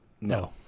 No